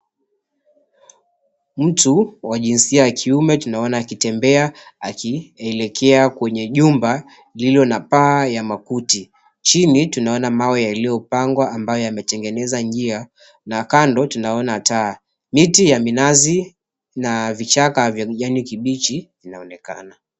Mtu wa jinsia ya kiume tunaona akitembea akielekea kwenye jumba lililo na paa ya makuti, chini tunaona mawe yaliyopangwa ambayo yametengeneza njia na kando tunaona taa. Miti ya minazi na vichaka vya kijani kibichi zinaonekana.